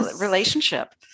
relationship